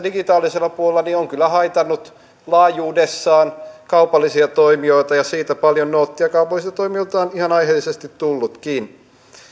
digitaalisella puolella on kyllä haitannut laajuudessaan kaupallisia toimijoita ja siitä paljon noottia kaupallisilta toimijoilta on ihan aiheellisesti tullutkin